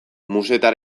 musetta